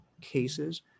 cases